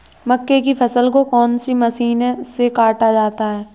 मक्के की फसल को कौन सी मशीन से काटा जाता है?